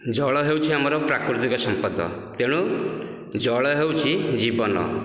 ଜଳ ହେଉଛି ଆମର ପ୍ରାକୃତିକ ସମ୍ପଦ ତେଣୁ ଜଳ ହେଉଛି ଜୀବନ